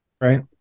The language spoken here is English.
Right